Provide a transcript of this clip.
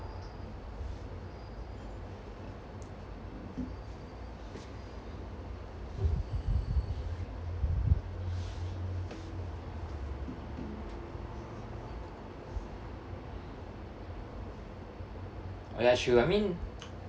oh ya true I mean